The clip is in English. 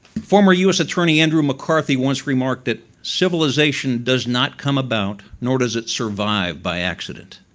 former u s. attorney andrew mccarthy once we marked that civilization does not come about nor does it survive by accident.